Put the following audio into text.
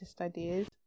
ideas